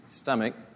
stomach